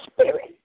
Spirit